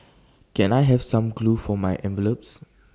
can I have some glue for my envelopes